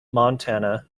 montana